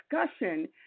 discussion